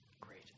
Great